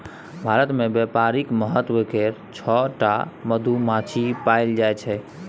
भारत मे बेपारिक महत्व केर छअ टा मधुमाछी पएल जाइ छै